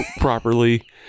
properly